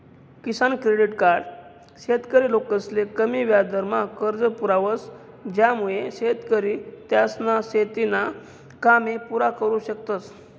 किसान credit card शेतकरी लोकसले कमी याजदरमा कर्ज पुरावस ज्यानामुये शेतकरी त्यासना शेतीना कामे पुरा करु शकतस